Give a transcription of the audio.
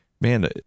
man